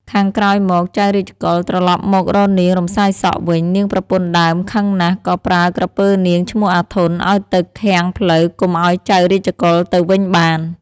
ខាងក្រោយមក ចៅរាជកុល ត្រឡប់មករកនាង រំសាយសក់ វិញ នាងប្រពន្ធដើមខឹងណាស់ ក៏ប្រើក្រពើនាង ឈ្មោះ អាធន់ ឱ្យទៅឃាំងផ្លូវកុំឱ្យចៅរាជកុល ទៅវិញបាន ។